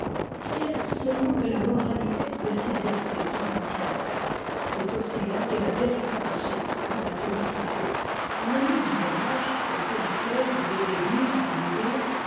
c'est là seulement que la moralité peut s'exercer tout entière c'est aussi là qu'est la véritable source de la félicité un ami du même âge auprès duquel vous devez vivre et mourir